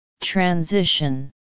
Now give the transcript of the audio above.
transition